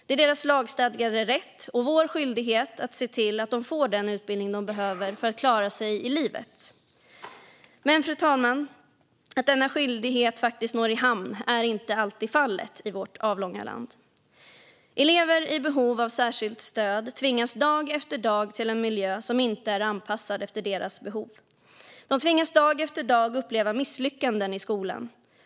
Det är deras lagstadgade rätt och vår skyldighet att se till att de får den utbildning de behöver för att klara sig i livet. Fru talman! Att denna skyldighet faktiskt når i hamn är inte alltid självklart i vårt avlånga land. Elever i behov av särskilt stöd tvingas dag efter dag till en miljö som inte är anpassad efter deras behov. De tvingas dag efter dag uppleva misslyckanden i skolan.